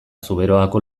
zuberoako